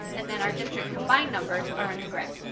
and then our district combined numbers are in the gray.